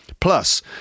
Plus